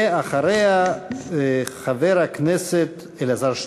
ואחריה, חבר הכנסת אלעזר שטרן.